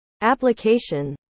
application